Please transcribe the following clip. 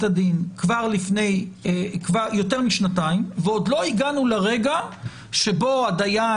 הדין כבר יותר משנתיים ועוד לא הגענו לרגע שבו הדיין,